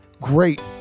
great